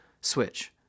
Switch